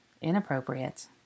Inappropriate